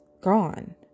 gone